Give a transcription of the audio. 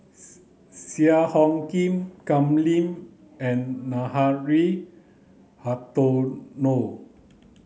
Cheang Hong Lim Kam Ning and Nathan Hartono